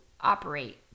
operate